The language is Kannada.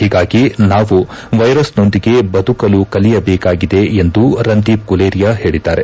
ಹೀಗಾಗಿ ನಾವು ವೈರಸ್ ನೊಂದಿಗೆ ಬದಕಲು ಕಲಿಯಬೇಕಾಗಿದೆ ಎಂದು ರಂದೀಪ್ ಗುಲೇರಿಯಾ ಪೇಳಿದ್ದಾರೆ